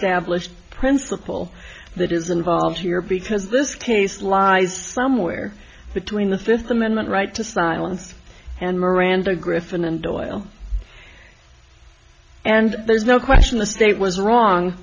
stablished principle that is involved here because this case lies somewhere between the fifth amendment right to silence and miranda griffin and doyle and there's no question the state was wrong